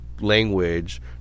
language